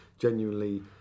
genuinely